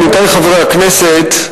עמיתי חברי הכנסת,